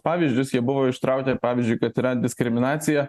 pavyzdžius jie buvo ištraukti pavyzdžiui kad yra diskriminacija